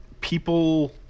people